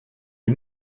les